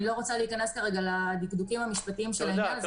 אני לא רוצה להיכנס לדקדוקים המשפטיים של העמדה.